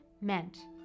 meant